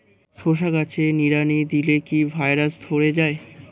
শশা চাষে নিড়ানি দিলে কি ভাইরাস ধরে যায়?